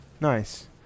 nice